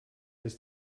ist